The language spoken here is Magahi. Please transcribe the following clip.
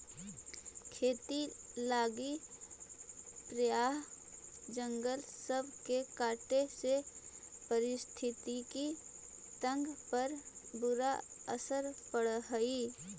खेती लागी प्रायह जंगल सब के काटे से पारिस्थितिकी तंत्र पर बुरा असर पड़ हई